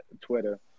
Twitter